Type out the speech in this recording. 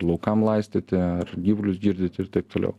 laukam laistyti ar gyvulius girdyti ir taip toliau